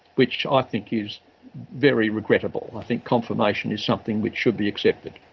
which i think is very regrettable. i think confirmation is something which should be accepted.